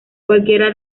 cualquiera